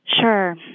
Sure